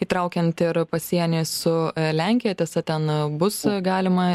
įtraukiant ir pasienį su lenkija tiesa ten bus galima